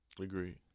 Agreed